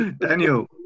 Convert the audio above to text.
Daniel